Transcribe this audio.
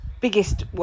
biggest